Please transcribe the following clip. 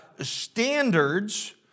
standards